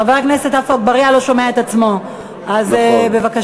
חבר הכנסת עפו אגבאריה לא שומע את עצמו, אז בבקשה.